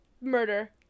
murder